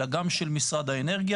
אלא גם של משרד האנרגיה,